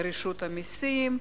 ורשות המסים.